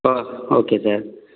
O okay sir